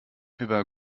über